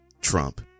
Trump